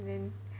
then